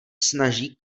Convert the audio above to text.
snaží